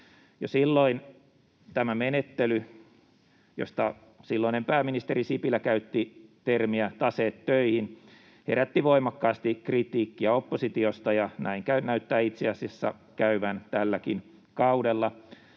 silloin tämä menettely, josta silloinen pääministeri Sipilä käytti termiä ”taseet töihin”, herätti voimakkaasti kritiikkiä oppositiosta, ja näin näyttää itse asiassa käyvän tälläkin kaudella.